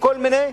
כל מיני,